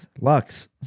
Lux